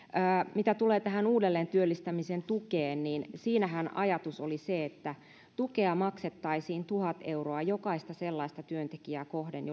mitä tulee tähän uudelleentyöllistämisen tukeen siinähän ajatus oli se että tukea maksettaisiin tuhat euroa jokaista sellaista työntekijää kohden